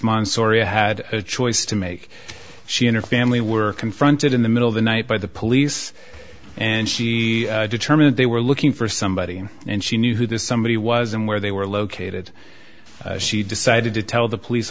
guzman soria had a choice to make she and her family were confronted in the middle of the night by the police and she determined they were looking for somebody and she knew who this somebody was and where they were located she decided to tell the police